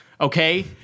okay